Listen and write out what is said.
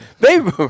baby